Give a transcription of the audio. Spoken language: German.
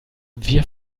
wir